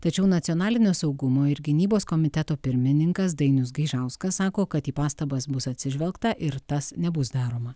tačiau nacionalinio saugumo ir gynybos komiteto pirmininkas dainius gaižauskas sako kad į pastabas bus atsižvelgta ir tas nebus daroma